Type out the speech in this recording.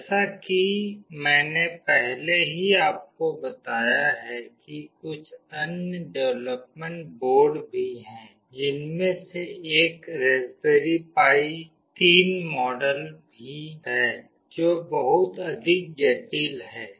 जैसा कि मैंने पहले ही आपको बताया है कि कुछ अन्य डेवलपमेंट बोर्ड भी हैं जिनमें से एक रास्पबेरी पाई 3 मॉडल भी है जो बहुत अधिक जटिल है